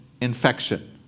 infection